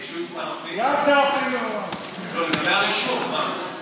שר הפנים, שר הפנים, לא, הוא מנע אישור, מה.